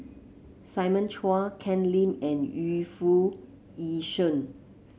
Simon Chua Ken Lim and Yu Foo Yee Shoon